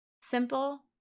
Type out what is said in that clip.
simple